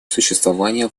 существование